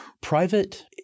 private